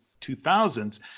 2000s